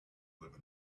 live